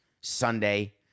Sunday